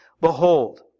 Behold